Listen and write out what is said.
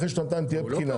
אחרי שנתיים תהיה בחינה.